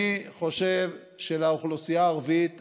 אני חושב שלאוכלוסייה הערבית מגיע.